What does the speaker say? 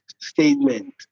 statement